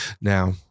Now